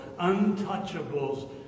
untouchables